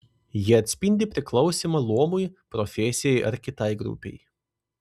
jie atspindi priklausymą luomui profesijai ar kitai grupei